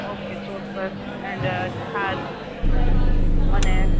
okay ચોક્કસ and ખાસ મને